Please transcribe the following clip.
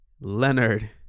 Leonard